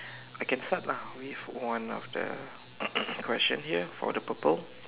I can start lah with one of the question here for the purple